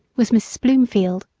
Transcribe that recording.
was miss blomefield.